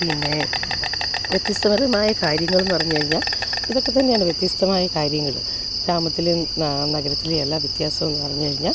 പിന്നെ വ്യത്യസ്തപരമായ കാര്യങ്ങളെന്നുപറഞ്ഞുകഴിഞ്ഞാല് ഇതൊക്കെ തന്നെയാണ് വ്യത്യസ്തമായ കാര്യങ്ങള് ഗ്രാമത്തിലും നഗരത്തിലെ എല്ലാ വ്യത്യാസമെന്നു പറഞ്ഞുകഴിഞ്ഞാല്